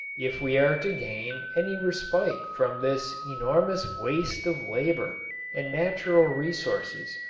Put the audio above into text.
if we are to gain any respite from this enormous waste of labor and natural resources,